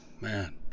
man